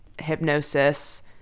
hypnosis